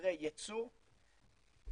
יצוא,